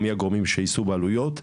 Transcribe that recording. או מי הגורמים שייצאו בעלויות.